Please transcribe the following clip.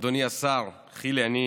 אדוני השר, חילי, אני